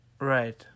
right